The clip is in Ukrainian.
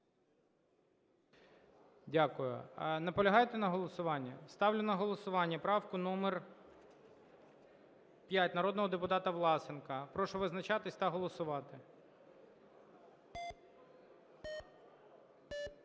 Дякую. Наполягаєте на голосуванні? Ставлю на голосування правку номер 5 народного депутата Власенка. Прошу визначатись та голосувати.